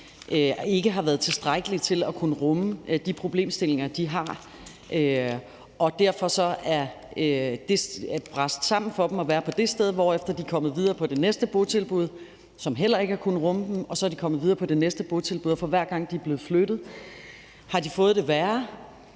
ikke har været tilstrækkelige til at kunne rumme de problemstillinger, de har, og derfor er det brast sammen for dem at være på det sted, hvorefter de er kommet videre til det næste botilbud, som heller ikke har kunnet rumme dem, og så er de kommet videre til det næste botilbud, og for hver gang de er blevet flyttet, har de fået det værre.